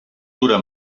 dura